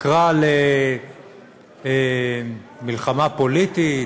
נקרא למלחמה, פוליטית,